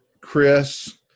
Chris